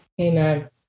Amen